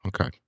Okay